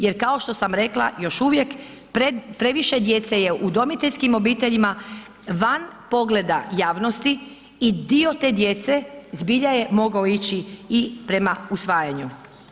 Jer kao što sam rekla, još uvije, previše djece je u udomiteljskim obiteljima, van pogleda javnosti i dio te djece zbilja je mogao ići i prema usvajanju.